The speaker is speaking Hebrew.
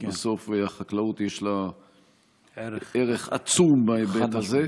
בסוף לחקלאות יש ערך עצום בהיבט הזה.